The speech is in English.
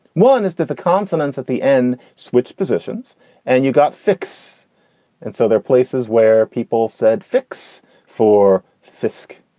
one is that the consonants at the end switch positions and you got fix and so they're places where people said fix for fisk.